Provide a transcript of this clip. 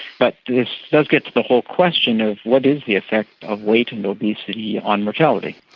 but this does get to the whole question of what is the effect of weight and obesity on mortality.